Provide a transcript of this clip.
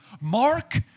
Mark